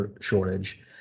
shortage